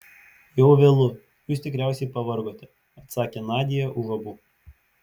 jau vėlu jūs tikriausiai pavargote atsakė nadia už abu